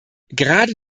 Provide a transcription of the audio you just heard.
gerade